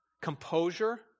composure